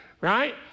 Right